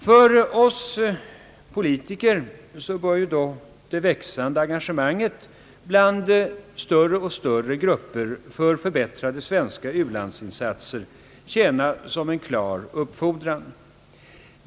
För oss politiker bör dock det växande engagemanget bland allt större grupper för förbättrade ulandsinsatser tjäna som en klar uppfordran.